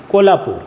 Kolhapur